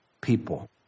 people